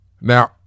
Now